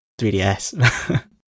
3DS